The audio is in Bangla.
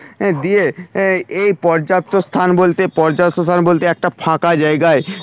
দিয়ে এই পর্যাপ্ত স্থান বলতে পর্যাপ্ত স্থান বলতে একটা ফাঁকা জায়গায়